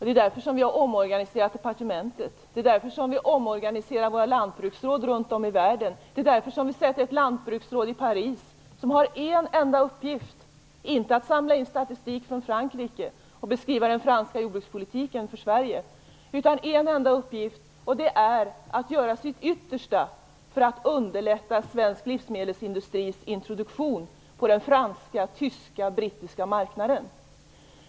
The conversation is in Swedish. Det är därför som vi har omorganiserat på departementet, och det är därför som vi omorganiserar våra lantbruksråd runt om i världen. Vi har placerat ett lantbruksråd i Paris som har en enda uppgift, inte att samla in statistik från Frankrike och beskriva den franska jordbrukspolitiken för oss i Sverige. Man har en enda uppgift och det är att man skall göra sitt yttersta för att underlätta för svensk livsmedelsindustris introduktion på de franska, tyska och brittiska marknaderna.